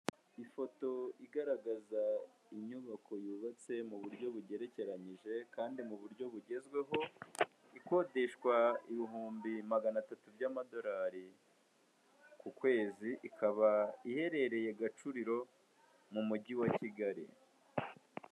Ifoto igaragaza inyubako yubatse mu buryo bugerekeranyije kandi mu buryo bugezweho, ikodeshwa ibihumbi magana atatu by'amadolari ku kwezi, ikaba iherereye Gacuriro mu mujyi wa Kigali.